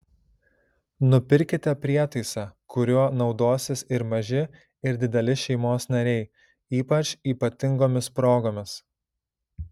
nupirkite prietaisą kuriuo naudosis ir maži ir dideli šeimos nariai ypač ypatingomis progomis